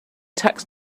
tax